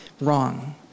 wrong